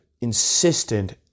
insistent